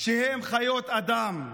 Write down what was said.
שהם חיות אדם.